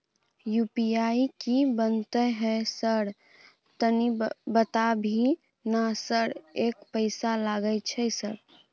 UPI की बनते है सर तनी बता भी ना सर एक पैसा लागे छै सर?